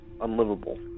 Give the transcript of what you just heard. unlivable